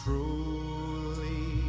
Truly